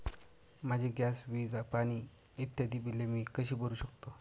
माझी गॅस, वीज, पाणी इत्यादि बिले मी कशी भरु शकतो?